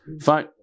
Fine